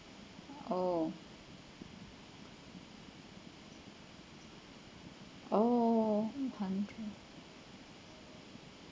oh oh